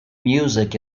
music